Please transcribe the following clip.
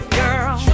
girl